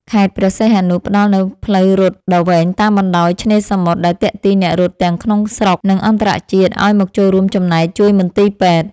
ខេត្តព្រះសីហនុ ផ្ដល់នូវផ្លូវរត់ដ៏វែងតាមបណ្ដោយឆ្នេរសមុទ្រ ដែលទាក់ទាញអ្នករត់ទាំងក្នុងស្រុក និងអន្តរជាតិឱ្យមកចូលរួមចំណែកជួយមន្ទីរពេទ្យ។